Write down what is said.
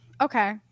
Okay